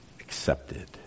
accepted